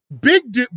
big